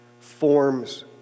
forms